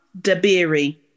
Dabiri